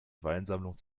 weinsammlung